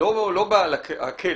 ולא בעל הכלב.